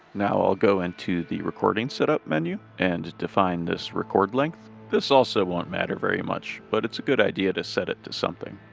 now i'll go into the recording setup menu and define this record length. this also won't matter very much, but it's a good idea to set it to something.